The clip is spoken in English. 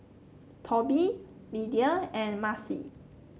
Toby Lidia and Macey